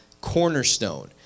cornerstone